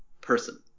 person